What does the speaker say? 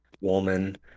woman